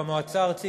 במועצה הארצית,